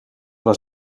was